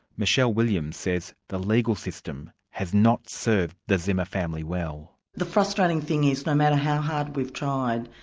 michele williams says the legal system has not served the zimmer family well. the frustrating thing is no matter how hard we've tried,